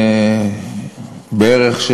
בערך,